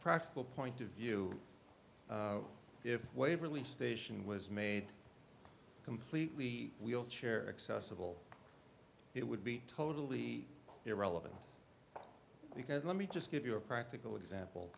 practical point of view if waverly station was made completely wheelchair accessible it would be totally irrelevant because let me just give you a practical